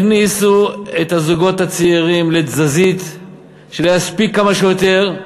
הכניסו את הזוגות הצעירים לתזזית בשביל להספיק כמה שיותר,